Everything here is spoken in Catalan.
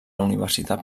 universitat